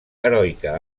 heroica